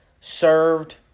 served